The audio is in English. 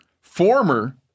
former